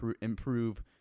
improve